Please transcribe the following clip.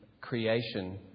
creation